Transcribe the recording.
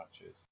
matches